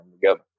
together